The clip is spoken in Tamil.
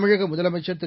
தமிழகமுதலமைச்சர்திரு